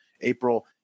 April